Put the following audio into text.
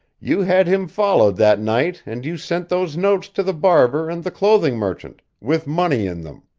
you had him followed that night and you sent those notes to the barber and the clothing merchant, with money in them.